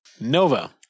Nova